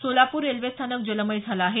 Solapur railway स्थानक जलमय झालं आहे